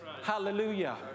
Hallelujah